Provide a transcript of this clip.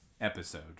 episode